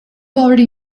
already